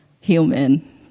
human